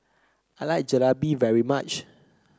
I like Jalebi very much